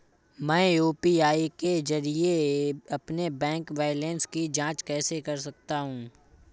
मैं यू.पी.आई के जरिए अपने बैंक बैलेंस की जाँच कैसे कर सकता हूँ?